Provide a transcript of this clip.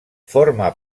forma